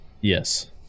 Yes